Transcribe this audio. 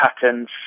patterns